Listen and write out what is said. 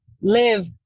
live